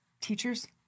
teachers